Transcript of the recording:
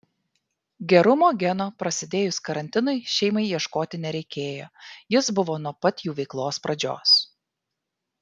gerumo geno prasidėjus karantinui šeimai ieškoti nereikėjo jis buvo nuo pat jų veiklos pradžios